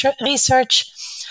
Research